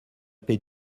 paix